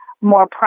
more